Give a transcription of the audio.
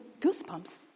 goosebumps